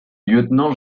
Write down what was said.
lieutenant